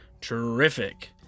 Terrific